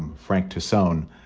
and frank tassone,